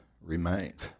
remains